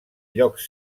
llocs